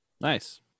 Nice